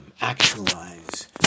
actualize